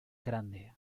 grande